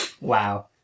Wow